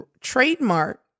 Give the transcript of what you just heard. trademark